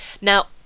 Now